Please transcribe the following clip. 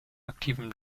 aktiven